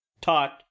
taught